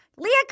Leah